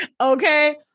Okay